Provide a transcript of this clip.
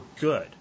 good